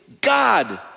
God